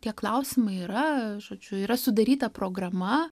tie klausimai yra žodžiu yra sudaryta programa